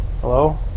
Hello